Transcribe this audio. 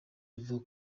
avuga